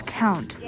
count